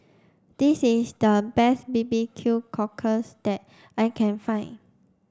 this is the best B B Q cockles that I can find